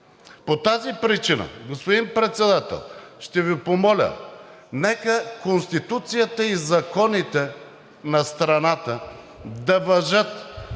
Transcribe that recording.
По тази причина, господин Председател, ще Ви помоля – нека Конституцията и законите на страната да важат